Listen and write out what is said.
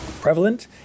prevalent